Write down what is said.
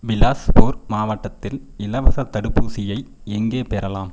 பிலாஸ்பூர் மாவட்டத்தில் இலவசத் தடுப்பூசியை எங்கே பெறலாம்